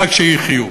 רק שיחיו.